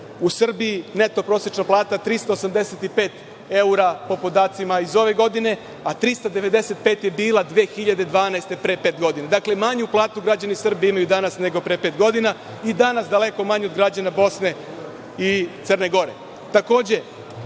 u Srbiji neto prosečna plata 385 evra, po podacima iz ove godine, a 395 je bila 2012. godine, pre pet godina. Dakle, manju platu građani imaju danas nego pre pet godina. I danas daleko manju od građana Bosne i Crne Gore. Vi